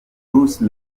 bruce